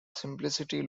simplicity